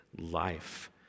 life